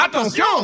attention